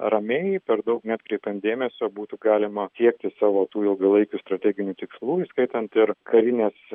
ramiai per daug neatkreipiant dėmesio būtų galima tiekti savo tų ilgalaikių strateginių tikslų įskaitant ir karinės